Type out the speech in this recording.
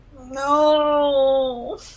No